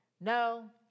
No